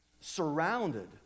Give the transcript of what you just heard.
surrounded